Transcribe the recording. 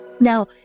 Now